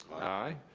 aye.